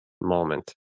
moment